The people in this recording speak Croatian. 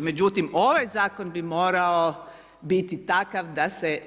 Međutim, ovaj zakon bi morao biti takav da se